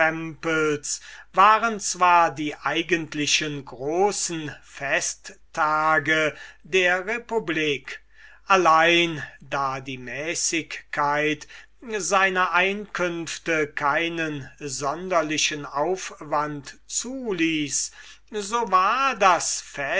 waren die eigentlichen großen festtage der republik allein da die mäßigkeit seiner einkünfte keinen sonderlichen aufwand zuließ so war das